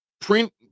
print